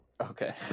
Okay